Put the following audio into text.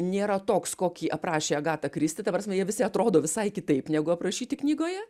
nėra toks kokį aprašė agata kristi ta prasme jie visi atrodo visai kitaip negu aprašyti knygoje